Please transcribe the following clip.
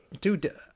Dude